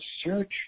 search